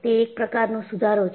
તે એક પ્રકારનો સુધારો છે